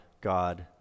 God